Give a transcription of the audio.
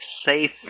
safe